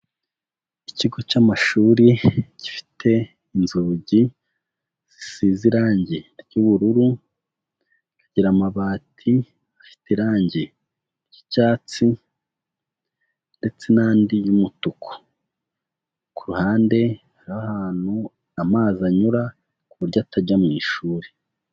Ikigo cy'amashuri gifite inzugi zisize irangi ry'ubururu, rikagira amabati afite irangi ry'icyatsi ndetse n'andi y'umutuku, ku ruhande hariho ahantu amazi anyura ku buryo atajya mu ishuri.